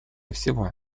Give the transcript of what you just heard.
всего